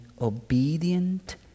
obedient